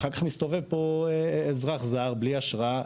אותו אדם מסתובב פה אחר כך בלי אשרה,